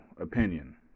opinion